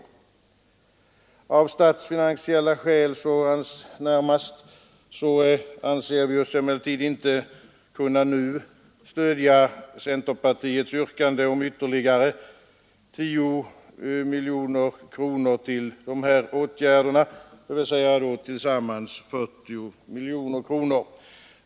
Av närmast statsfinansiella skäl anser vi oss emellertid nu inte kunna stödja centerpartiets yrkande om ytterligare 10 miljoner kronor, tillsammans 40 miljoner kronor.